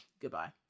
Goodbye